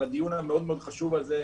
על הדיון המאוד חשוב הזה.